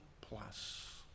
plus